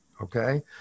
Okay